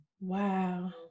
Wow